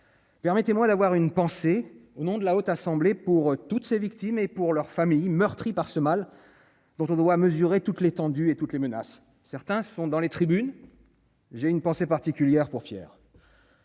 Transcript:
Permettez-moi d'avoir une pensée au nom de la haute assemblée, pour toutes ces victimes et pour leurs familles meurtries par ce mal dont on doit mesurer toute l'étendue et toutes les menaces, certains sont dans les tribunes, j'ai une pensée particulière pour Pierre.